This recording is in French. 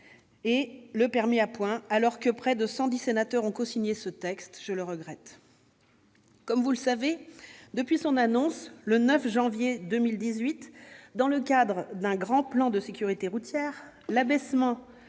et le permis à points, alors que près de cent dix sénateurs ont cosigné cette proposition de loi. Je le regrette. Comme vous le savez, depuis son annonce, le 9 janvier 2018, dans le cadre d'un grand plan de sécurité routière, l'abaissement